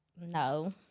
no